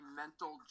mental